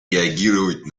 реагировать